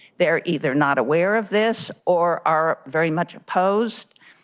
they are either not aware of this or are very much opposed.